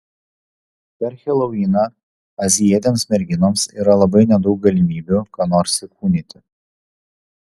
per heloviną azijietėms merginoms yra labai nedaug galimybių ką nors įkūnyti